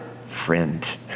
friend